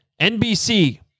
NBC